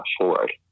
afford